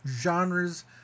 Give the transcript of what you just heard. genres